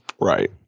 Right